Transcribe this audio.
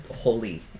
holy